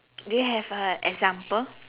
do you have a example